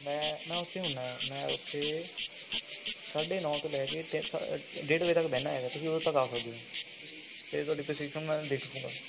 ਮੈਂ ਨਾ ਉੱਥੇ ਹੁੰਦਾ ਹਾਂ ਮੈਂ ਨਾ ਉੱਥੇ ਸਾਢੇ ਨੌਂ ਤੋਂ ਲੈ ਕੇ ਅਤੇ ਸਾ ਸਾਢੇ ਢੇਡ ਵਜੇ ਤੱਕ ਬਹਿਨਾ ਹੈਗਾ ਹੈ ਤੁਸੀਂ ਉਦੋਂ ਆ ਸਕਦੇ ਹੋ ਅਤੇ ਤੁਹਾਡੀ ਪ੍ਰਿਸਕ੍ਰਿਪਸ਼ਨ ਮੈਂ ਲਿਖ ਦੂੰਗਾ